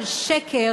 אם הם יצעקו.